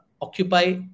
occupy